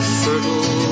fertile